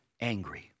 angry